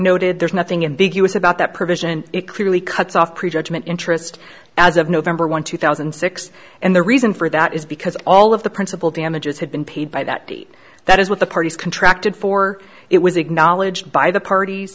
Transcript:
noted there's nothing in the us about that provision it clearly cuts off pre judgment interest as of november one two thousand and six and the reason for that is because all of the principal damages have been paid by that date that is what the parties contracted for it was acknowledged by the parties